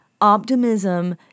optimism